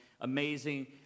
Amazing